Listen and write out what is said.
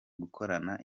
gukorana